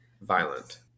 Violent